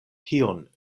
kion